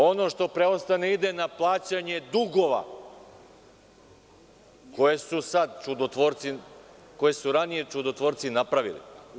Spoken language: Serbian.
Ono što preostane ide na plaćanje dugova koje su ranije čudotvorci napravili.